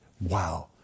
Wow